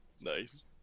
Nice